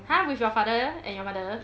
!huh! with your father and your mother